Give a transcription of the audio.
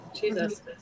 Jesus